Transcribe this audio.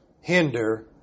hinder